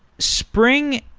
spring,